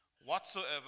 whatsoever